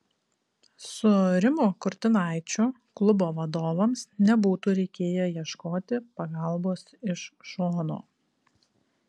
su rimu kurtinaičiu klubo vadovams nebūtų reikėję ieškoti pagalbos iš šono